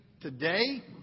today